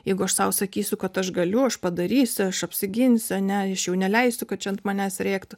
jeigu aš sau sakysiu kad aš galiu aš padarysiu aš apsiginsiu ane aš jau neleisiu kad čia ant manęs rėktų